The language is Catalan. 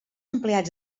empleats